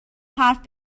حرف